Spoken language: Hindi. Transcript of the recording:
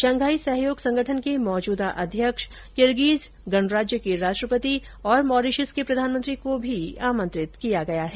शंघाई सहयोग संगठन के मौजूदा अध्यक्ष किर्गिज गणराज्य के राष्ट्रपति और मॉरीशस के प्रधानमंत्री को भी आमंत्रित किया गया है